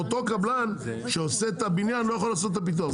אותו קבלן שעושה את הבניין לא יכול לעשות את הפיתוח,